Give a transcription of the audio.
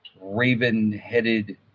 raven-headed